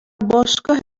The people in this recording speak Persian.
باشگاه